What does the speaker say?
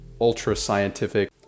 ultra-scientific